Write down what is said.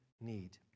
need